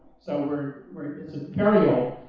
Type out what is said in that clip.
so we're we're it's ah very old.